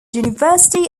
university